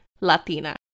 Latina